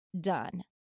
done